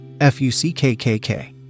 F-U-C-K-K-K